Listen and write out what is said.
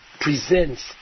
presents